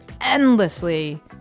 endlessly